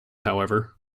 however